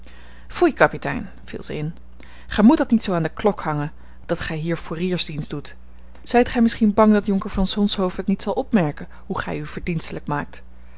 foei kapitein viel zij in gij moet dat niet zoo aan de klok hangen dat gij hier foeriersdienst doet zijt gij misschien bang dat jonker van zonshoven niet zal opmerken hoe gij u verdienstelijk maakt